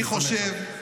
אני חושב,